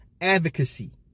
advocacy